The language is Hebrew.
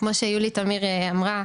כמו שיולי תמיר אמרה.